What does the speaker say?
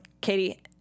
Katie